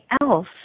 else